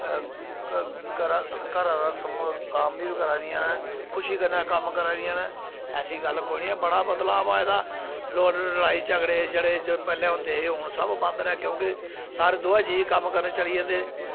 घरा दा कम्म बी करा दियां न खुशी कन्नै कम्म करा दियां न ऐसी गल्ल कोई निं ऐ बड़ा बदलाव आए दा लोक लड़ाई झगड़े जेह्ड़े पैह्लें होंदे हे हून सब बंद न क्योंकि हून दोऐ जी कम्म करन चली जंदे